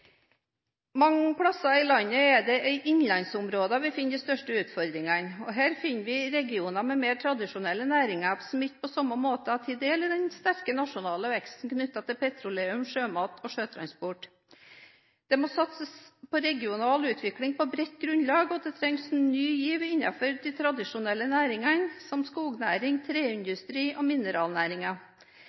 Mange steder i landet er det i innlandsområder vi finner de største utfordringene. Her finner vi regioner med mer tradisjonelle næringer som ikke på samme måten har tatt del i den sterke nasjonale veksten knyttet til petroleum, sjømat og sjøtransport. Det må satses på regional utvikling på bredt grunnlag, og det trengs ny giv innenfor de tradisjonelle næringene, som skognæring, treindustri og